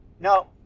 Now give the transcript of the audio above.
no